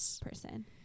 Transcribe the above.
person